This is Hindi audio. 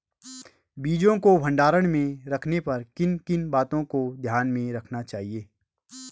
बीजों को भंडारण में रखने पर किन किन बातों को ध्यान में रखना चाहिए?